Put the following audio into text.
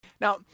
Now